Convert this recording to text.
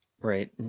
Right